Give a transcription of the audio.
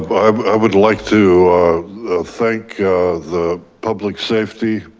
i would like to thank the public safety,